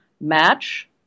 match